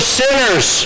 sinners